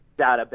database